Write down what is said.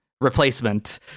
replacement